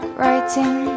writing